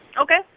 Okay